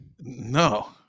No